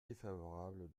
défavorable